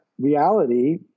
reality